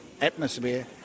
atmosphere